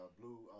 Blue